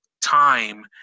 time